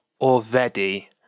already